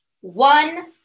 One